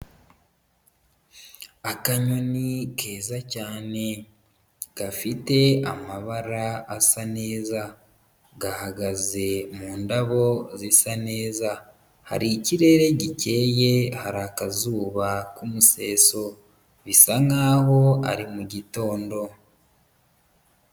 Akanyoni keza cyane gafite amabara asa neza. Gahagaze mu ndabo zisa neza. Hari ikirere gikeye hari akazuba k'umuseso bisa nk'aho ari mugitondo.